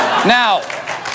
Now